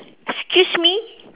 excuse me